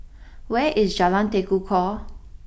where is Jalan Tekukor